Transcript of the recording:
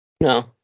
No